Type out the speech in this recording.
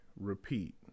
repeat